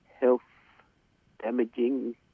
health-damaging